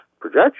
projection